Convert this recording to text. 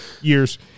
Years